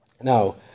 Now